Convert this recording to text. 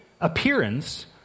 appearance